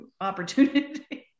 opportunity